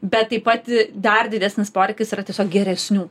bet taip pat dar didesnis poreikis yra tiesiog geresnių